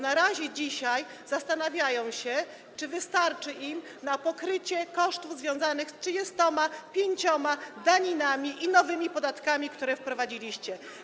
Na razie dzisiaj zastanawiają się, czy wystarczy im na pokrycie kosztów związanych z 35 daninami i nowymi podatkami, które wprowadziliście.